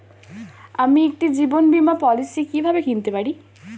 আমি একটি জীবন বীমা পলিসি কিভাবে কিনতে পারি?